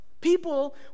People